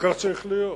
וכך צריך להיות.